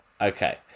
okay